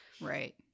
Right